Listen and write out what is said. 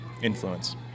influence